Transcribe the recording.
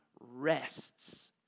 rests